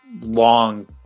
long